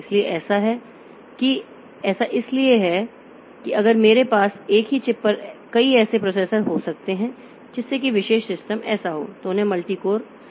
इसलिए ऐसा इसलिए है कि अगर मेरे पास एक ही चिप पर कई ऐसे प्रोसेसर हो सकते हैं जिससे कि विशेष सिस्टम ऐसा हो तो उन्हें मल्टी कोर सिस्टम कहा जाएगा